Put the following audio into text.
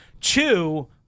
Two